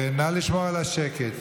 נא לשמור על השקט.